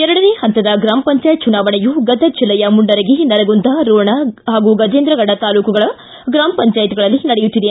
ಎರಡನೇ ಪಂತದ ಗ್ರಾಮ ಪಂಚಾಯತ್ ಚುನಾವಣೆಯು ಗದಗ್ ಜೆಲ್ಲೆಯ ಮುಂಡರಗಿ ನರಗುಂದ ರೋಣ ಹಾಗೂ ಗಜೇಂದ್ರಗಡ ತಾಲೂಕುಗಳ ಗ್ರಾಮ ಪಂಚಾಯತ್ಗಳಲ್ಲಿ ನಡೆಯುತ್ತಿದೆ